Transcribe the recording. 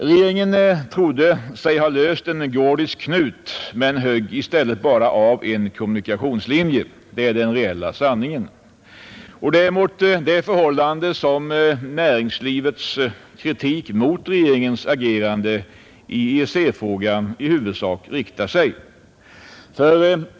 Regeringen trodde sig ha löst en gordisk knut men högg i stället bara av en kommunikationslinje. Det är den reella sanningen. Det är mot detta förhållande som näringslivets kritik av regeringens agerande i EEC-frågan i huvudsak riktar sig.